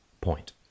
point